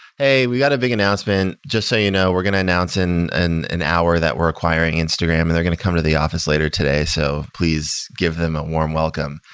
hey, we got a big announcement. just so you know, we're going to announce in an an hour that were acquiring instagram and they're going to come to the office later today, so please give them a warm welcome.